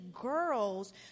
girls